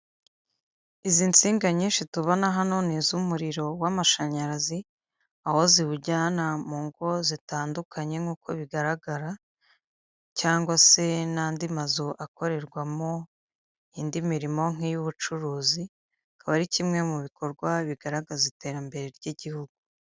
Izi nsinga nyinshi tubona hano ni iz'umuriro w'amashanyarazi, aho ziwujyana mu ngo zitandukanye nk'uko bigaragara cyangwa se n'andi mazu akorerwamo indi mirimo nkiy'ubucuruzi, akaba ari kimwe mu bikorwa bigaragaza iterambere ry'igihugu.